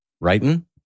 writing